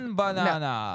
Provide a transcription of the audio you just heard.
banana